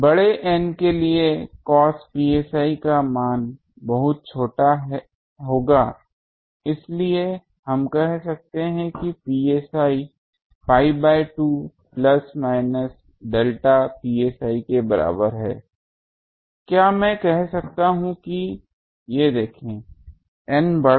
बड़े N के लिए cos psi मान बहुत छोटा होगा इसलिए हम कह सकते हैं कि psi pi by 2 plus minus delta psi के बराबर है क्या मैं कह सकता हूं कि ये देखें N बड़ा